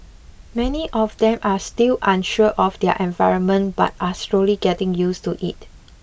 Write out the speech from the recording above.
many of them are still unsure of their environment but are slowly getting used to it